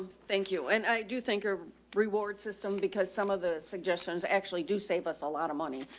thank you. and i do think our reward system, because some of the suggestions actually do save us a lot of money.